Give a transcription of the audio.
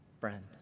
friend